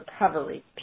recovery